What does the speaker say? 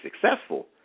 successful